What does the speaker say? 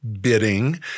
bidding